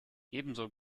ebenso